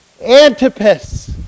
Antipas